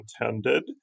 intended